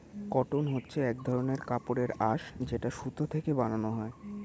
cotton হচ্ছে এক ধরনের কাপড়ের আঁশ যেটা সুতো থেকে বানানো হয়